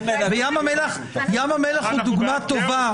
וים המלח הוא דוגמה טובה.